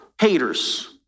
haters